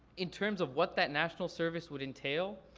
in terms of what that national service would entail,